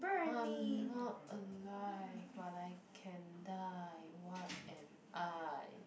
I am not alive but I can die what am I